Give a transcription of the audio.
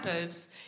boobs